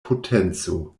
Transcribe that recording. potenco